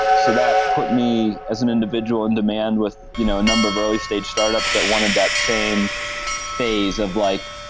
so that put me as an individual on demand with you know a number of early-stage startups that wanted that same phase of like,